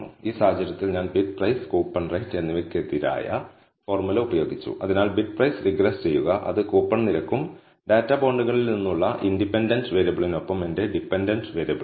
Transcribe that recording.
ഈ സാഹചര്യത്തിൽ ഞാൻ ബിഡ്പ്രൈസ് കൂപ്പൺ റേറ്റ് എന്നിവയ്ക്കെതിരായ ഫോർമുല ഉപയോഗിച്ചു അതിനാൽ ബിഡ്പ്രൈസ് റിഗ്രസ് ചെയ്യുക ഇത് കൂപ്പൺ നിരക്കും ഡാറ്റാ ബോണ്ടുകളിൽ നിന്നുമുള്ള ഇൻഡിപെൻഡന്റ് വേരിയബിളിനൊപ്പം എന്റെ ഡിപെൻഡന്റ് വേരിയബിളാണ്